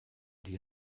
die